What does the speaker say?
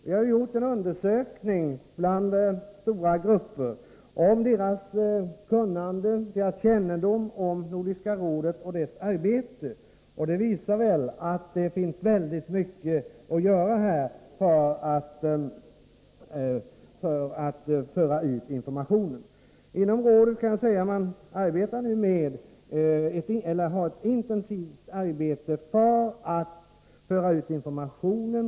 Vi har gjort en undersökning bland stora grupper om deras kunnande och kännedom om Nordiska rådet och dess arbete. Undersökningen visar att det finns mycket att göra när det gäller att föra ut information. Inom rådet pågår nu ett intensivt arbete för att föra ut informationen.